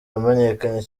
wamenyekanye